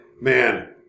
man